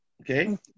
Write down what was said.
Okay